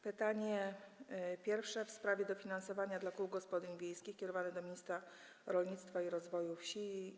Pytanie pierwsze w sprawie dofinansowań dla kół gospodyń wiejskich kierowane jest do ministra rolnictwa i rozwoju wsi.